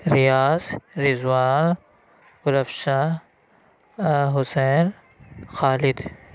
Riyadh Rizwan Gulafsha Hussain Khalid